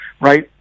right